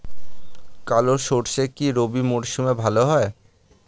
কালো সরষে কি রবি মরশুমে ভালো হয়?